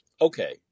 Okay